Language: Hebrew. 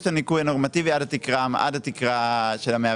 את הניכוי הנורמטיבי עד התקרה של ה-107.